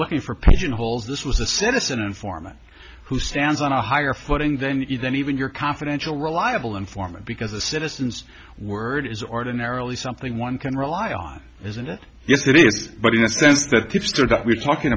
looking for pigeon holes this was a citizen informant who stands on a higher footing then you then even your confidential reliable informant because the citizens word is ordinarily something one can rely on isn't it yes it is but in the sense that tipster that we're talking